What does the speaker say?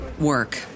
work